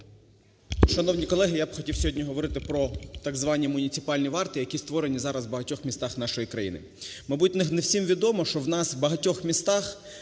Шановні колеги, я б хотів сьогодні говорити про так звані "муніципальні варти", які створені зараз в багатьох нашої країни. Мабуть, не всім відомо, що в нас в багатьох містах